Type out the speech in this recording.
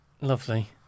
Lovely